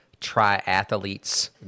Triathletes